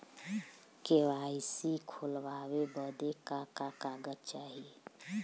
KYC खोलवावे बदे का का कागज चाही?